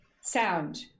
sound